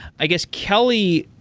i guess, kelly,